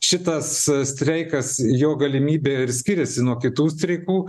šitas streikas jo galimybė ir skiriasi nuo kitų streikų